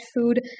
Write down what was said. food